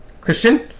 Christian